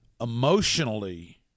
Emotionally